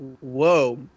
whoa